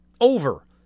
Over